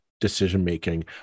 decision-making